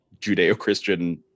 Judeo-Christian